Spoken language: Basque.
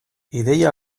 ideia